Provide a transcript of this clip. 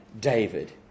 David